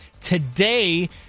Today